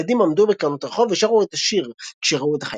ילדים עמדו בקרנות רחוב ושרו את השיר כשראו את החיילים,